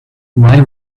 why